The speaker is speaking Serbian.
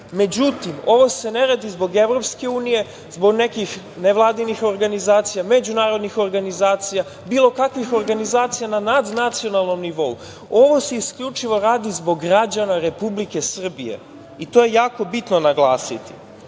normi.Međutim, ovo se ne radi zbog EU, zbog nekih nevladinih organizacija, međunarodnih organizacija, bilo kakvih organizacija nad nacionalnom nivou. Ovo se isključivo radi zbog građana Republike Srbije i to je jako bitno naglasiti.